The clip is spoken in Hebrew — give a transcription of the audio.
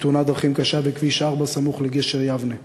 בתאונת דרכים קשה בכביש 4 סמוך לגשר יבנה.